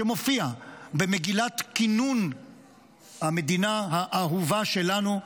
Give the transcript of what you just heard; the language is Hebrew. שמופיע במגילת כינון המדינה האהובה שלנו,